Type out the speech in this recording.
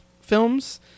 Films